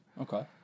Okay